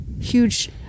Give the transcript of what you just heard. huge